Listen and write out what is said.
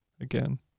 again